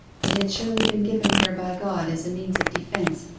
it had surely been given her by god as a means of defence.